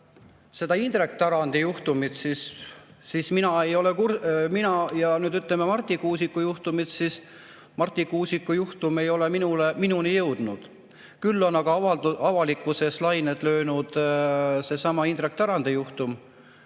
seda Indrek Tarandi juhtumit ja, ütleme, Marti Kuusiku juhtumit, siis Marti Kuusiku juhtum ei ole minuni jõudnud. Küll on aga avalikkuses laineid löönud seesama Indrek Tarandi juhtum,